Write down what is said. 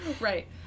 right